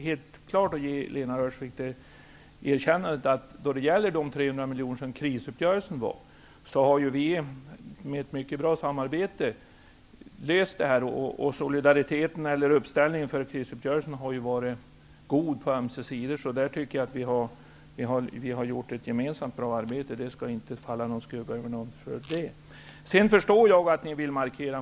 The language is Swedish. Jag kan ändå ge Lena Öhrsvik det erkännandet att vi när det gällde de 300 miljonerna i krisuppgörelsen hade ett mycket bra samarbete. Uppställningen för krisuppgörelsen har varit god på ömse sidor, så där har vi gjort ett gemensamt bra arbete. Det skall inte falla någon skugga över någon i det fallet.